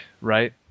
right